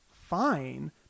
fine